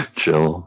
chill